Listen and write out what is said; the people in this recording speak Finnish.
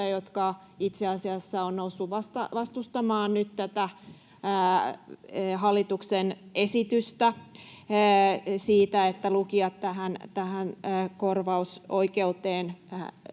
jotka itse asiassa ovat nyt nousseet vastustamaan tätä hallituksen esitystä siitä, että lukijat tähän korvausoikeuteen